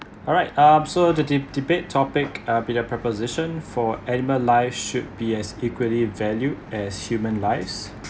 alright um so the de~ debate topic uh be the preposition for animal lives should be as equity value as human lives